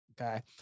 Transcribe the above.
Okay